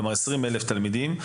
כלומר 20 אלף תלמידים.